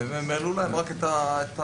העלו להם רק את המיסוי.